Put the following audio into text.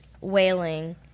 wailing